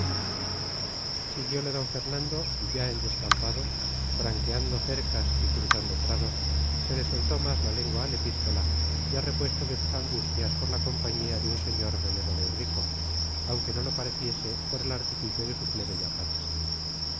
siguiole d fernando y ya en descampado franqueando cercas y cruzando prados se le soltó más la lengua al epístola ya repuesto de sus angustias por la compañía de un señor benévolo y rico aunque no lo pareciese por el artificio de su plebeya facha